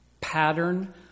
pattern